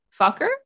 Fucker